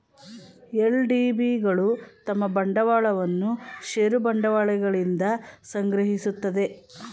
LDB ಗಳು ತಮ್ಮ ಬಂಡವಾಳವನ್ನು ಷೇರು ಬಂಡವಾಳಗಳಿಂದ ಸಂಗ್ರಹಿಸುತ್ತದೆ